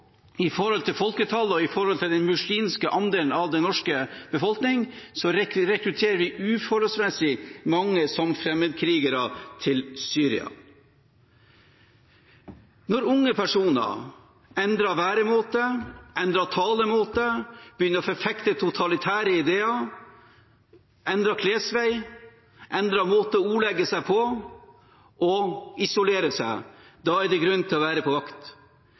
i forhold til folketallet og til den muslimske andelen av den norske befolkningen, rekrutteres det her uforholdsmessig mange som fremmedkrigere til Syria. Når unge personer endrer væremåte, endrer talemåte, begynner å forfekte totalitære ideer, endrer klesvei, endrer måten å ordlegge seg på og isolerer seg, er det grunn til å være på vakt.